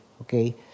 okay